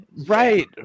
Right